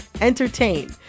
entertain